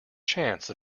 chance